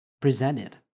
presented